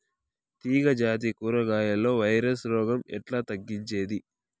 తీగ జాతి కూరగాయల్లో వైరస్ రోగం ఎట్లా తగ్గించేది?